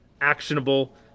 actionable